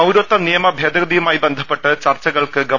പൌരത്വ നിയമ ഭേദഗ തിയുമായി ബന്ധപ്പെട്ട് ചർച്ചകൾക്ക് ഗവ